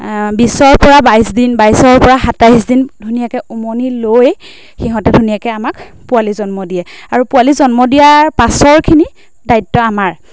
বিছৰ পৰা বাইছ দিন বাইছৰ পৰা সাতাইছ দিন ধুনীয়াকৈ উমনি লৈ সিহঁতে ধুনীয়াকৈ আমাক পোৱালি জন্ম দিয়ে আৰু পোৱালি জন্ম দিয়াৰ পাছৰখিনি দায়িত্ব আমাৰ